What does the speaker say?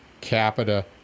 capita